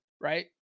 right